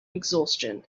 exhaustion